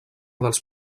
dels